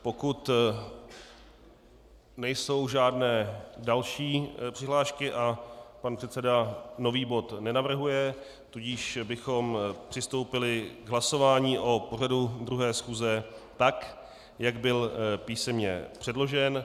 Pokud nejsou žádné další přihlášky a pan předseda nový bod nenavrhuje, tudíž bychom přistoupili k hlasování o pořadu druhé schůze tak, jak byl písemně předložen.